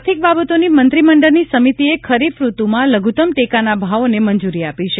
આર્થિક બાબતોની મંત્રીમંડળની સમિતિએ ખરીફ ઋતુમાં લઘુતમ ટેકાના ભાવોને મંજુરી આપી છે